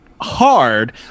hard